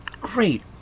Great